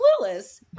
Clueless